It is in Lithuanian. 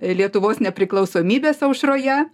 lietuvos nepriklausomybės aušroje